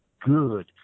good